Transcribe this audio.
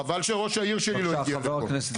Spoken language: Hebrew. חבל שראש העיר שלי לא הגיע לפה,